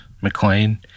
McLean